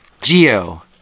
Geo